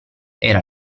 era